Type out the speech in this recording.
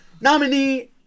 nominee